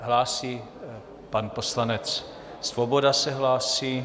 Hlásí pan poslanec Svoboda se hlásí.